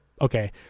okay